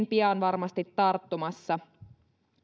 pian tarttumassa